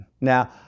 now